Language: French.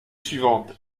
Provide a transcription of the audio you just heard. suivante